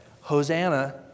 Hosanna